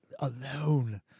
alone